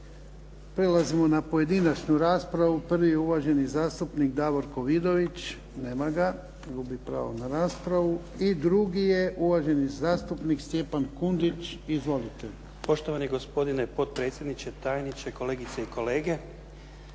Prelazimo na pojedinačnu raspravu. Prvi je uvaženi zastupnik Davorko Vidović. Nema ga, gubi pravo na raspravu. I drugi je uvaženi zastupnik Stjepan Kundić. Izvolite. **Kundić, Stjepan (HDZ)** Poštovani gospodine potpredsjedniče, tajniče, kolegice i kolege.